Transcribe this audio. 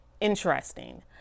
interesting